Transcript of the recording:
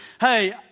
Hey